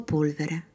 polvere